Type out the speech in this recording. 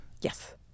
Yes